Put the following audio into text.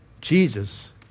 Jesus